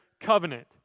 covenant